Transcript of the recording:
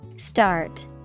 Start